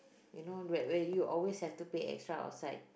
you know where where you always have to pay extra outside